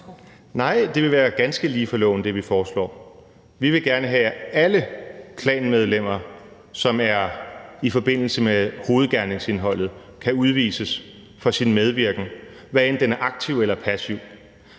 foreslår, vil være ganske lige for loven. Vi vil gerne have, at alle klanmedlemmer, som er i forbindelse med hovedgerningsindholdet, kan udvises for sin medvirken, hvad end den er aktiv eller passiv.